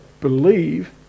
believe